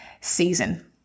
season